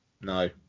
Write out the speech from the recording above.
No